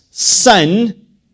Sin